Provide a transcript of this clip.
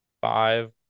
five